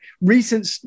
recent